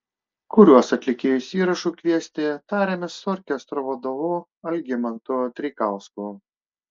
kuriuos atlikėjus įrašui kviesti tarėmės su orkestro vadovu algimantu treikausku